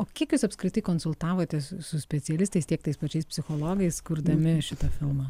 o kiek jūs apskritai konsultavotės su specialistais tiek tais pačiais psichologais kurdami šitą filmą